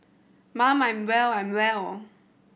mum I'm well I'm well